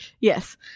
Yes